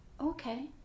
okay